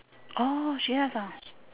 orh she have ah